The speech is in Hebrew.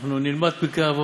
אנחנו נלמד פרקי אבות.